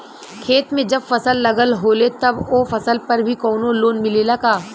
खेत में जब फसल लगल होले तब ओ फसल पर भी कौनो लोन मिलेला का?